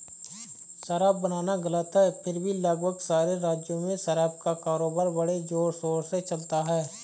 शराब बनाना गलत है फिर भी लगभग सारे राज्यों में शराब का कारोबार बड़े जोरशोर से चलता है